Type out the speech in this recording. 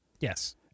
Yes